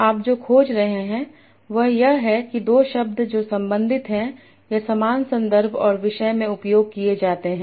आप जो खोज रहे हैं वह यह है कि दो शब्द जो संबंधित हैं या समान संदर्भ और विषय में उपयोग किए जाते हैं